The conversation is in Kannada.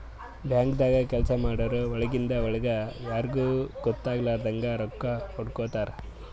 ಬ್ಯಾಂಕ್ದಾಗ್ ಕೆಲ್ಸ ಮಾಡೋರು ಒಳಗಿಂದ್ ಒಳ್ಗೆ ಯಾರಿಗೂ ಗೊತ್ತಾಗಲಾರದಂಗ್ ರೊಕ್ಕಾ ಹೊಡ್ಕೋತಾರ್